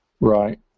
Right